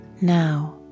Now